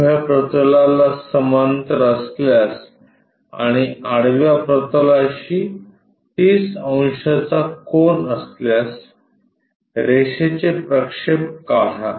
उभ्या प्रतलाला समांतर असल्यास आणि आडव्या प्रतलाशी 30 अंशाचा कोन असल्यास रेषेचे प्रक्षेप काढा